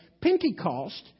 Pentecost